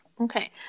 Okay